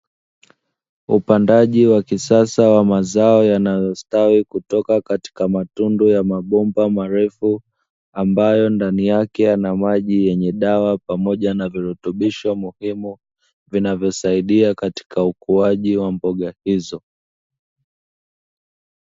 Upandaji wa kisasa wa mazao yanayostawi kutoka katika matundu ya mabomba marefu, ambayo ndani yake yana maji yenye dawa, pamoja na virutubisho muhimu, vinavyosaidia katika ukuaji wa mboga hizo.